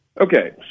Okay